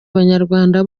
abanyarwanda